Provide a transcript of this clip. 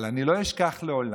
אבל אני לא אשכח לעולם: